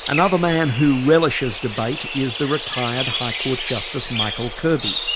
another man who relishes debate is the retired high court justice michael kirby.